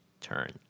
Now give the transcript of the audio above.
turn